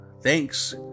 thanks